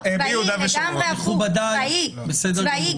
צבאי,